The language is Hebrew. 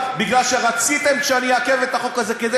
כי רציתם שאני אעכב את החוק הזה כדי